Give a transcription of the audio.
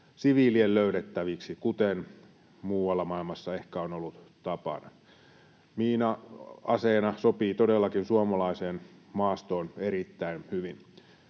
siviilien löydettäviksi, kuten muualla maailmassa ehkä on ollut tapana. Miina aseena sopii todellakin suomalaiseen maastoon erittäin hyvin.